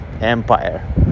empire